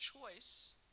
choice